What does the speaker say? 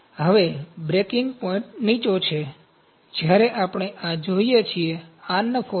હવે breaking point નીચો છે જ્યારે આપણે આ જોઈએ છીએ આ નફો છે